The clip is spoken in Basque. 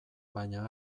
baina